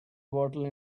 bottle